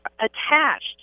attached